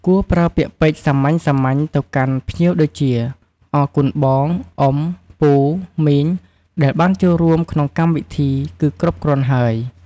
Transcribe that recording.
គួរប្រើពាក្យពេចន៍សាមញ្ញៗទៅកាន់ភ្ញៀវដូចជា "អរគុណបង អ៊ុំ ពូ មីង ដែលបានចូលរួមក្នុងកម្មវិធី" គឺគ្រប់គ្រាន់ហើយ។